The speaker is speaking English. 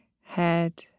head